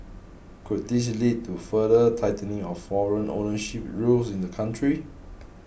could this lead to further tightening of foreign ownership rules in the country